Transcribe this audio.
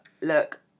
look